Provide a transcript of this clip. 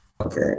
Okay